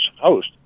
host